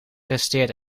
resteert